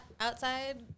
outside